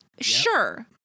sure